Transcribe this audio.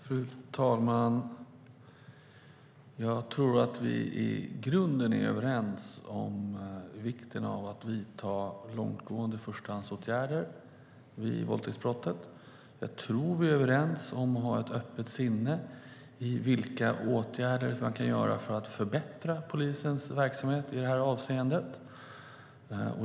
Fru talman! Jag tror att vi i grunden är överens om vikten av att vidta långtgående förstahandsåtgärder vid våldtäktsbrott. Jag tror att vi är överens om att ha ett öppet sinne för vilka åtgärder man kan vidta för att förbättra polisens verksamhet i det här avseendet.